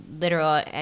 literal